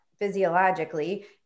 physiologically